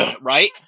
right